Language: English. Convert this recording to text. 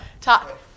Talk